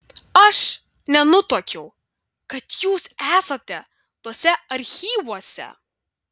aš nenutuokiau kad jūs esate tuose archyvuose